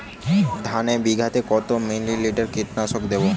ধানে বিঘাতে কত মিলি লিটার কীটনাশক দেবো?